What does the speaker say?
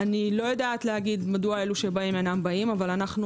לא יודעת לומר מדוע אלו שאינם באים לא באים.